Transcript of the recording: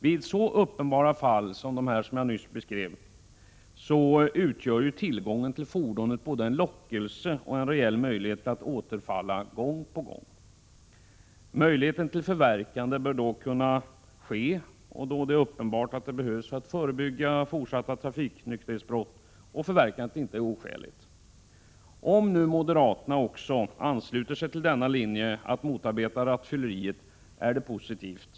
Vid så uppenbara fall som de nyss beskrivna utgör tillgången till fordonet både en lockelse och en reell möjlighet att gång på gång återfalla. Förverkande bör kunna komma i fråga då det är uppenbart nödvändigt för att förebygga fortsatta trafiknykterhetsbrott och då förverkandet inte är oskäligt. Om nu också moderaterna ansluter sig till denna linje för att motarbeta rattfylleriet är det positivt.